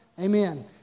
Amen